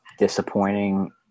disappointing